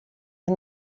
and